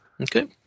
Okay